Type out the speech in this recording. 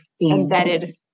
embedded